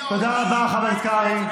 תודה רבה, חבר הכנסת קרעי.